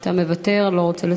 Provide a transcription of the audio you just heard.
אתה מוותר, לא רוצה לסכם.